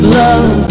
love